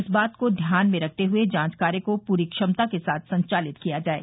इस बात को ध्यान में रखते हए जांच कार्य को पूरी क्षमता के साथ संचालित किया जाये